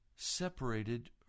Separated